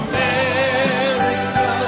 America